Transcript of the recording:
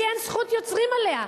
לי אין זכות יוצרים עליה,